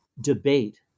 debate